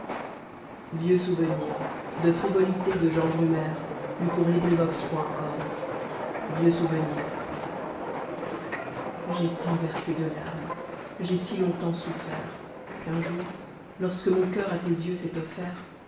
vieux souvenirs j'ai tant versé de pleurs j'ai si longtemps souffert qu'un jour lorsque mon coeur à tes yeux s'est offert